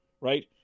right